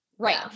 Right